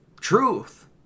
Truth